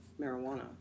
marijuana